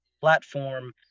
platform